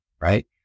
right